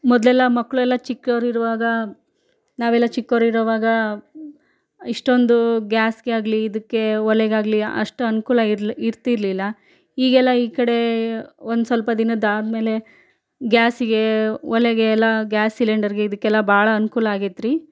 ಮೊದಲೆಲ್ಲ ಮಕ್ಕಳೆಲ್ಲ ಚಿಕ್ಕವರಿರುವಾಗ ನಾವೆಲ್ಲ ಚಿಕ್ಕವ್ರಿರುವಾಗ ಇಷ್ಟೊಂದು ಗ್ಯಾಸ್ಗೆ ಆಗಲಿ ಇದಕ್ಕೆ ಒಲೆಗಾಗಲಿ ಅಷ್ಟು ಅನುಕೂಲ ಇರಲಿಲ್ಲ ಇರ್ತಿರಲಿಲ್ಲ ಈಗೆಲ್ಲ ಈ ಕಡೆ ಒಂದು ಸ್ವಲ್ಪ ದಿನದ ಆದಮೇಲೆ ಗ್ಯಾಸಿಗೆ ಒಲೆಗೆ ಎಲ್ಲ ಗ್ಯಾಸ್ ಸಿಲಿಂಡರ್ಗೆ ಇದಕ್ಕೆಲ್ಲ ಭಾಳ ಅನ್ಕೂಲ ಆಗೈತ್ರಿ